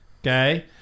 Okay